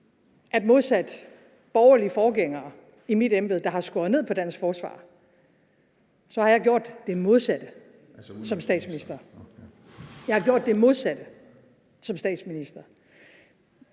modsat borgerlige forgængere i mit embede, der har skåret ned på dansk forsvar, har gjort det modsatte som statsminister – det modsatte! Det handler